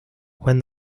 when